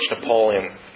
Napoleon